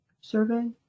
survey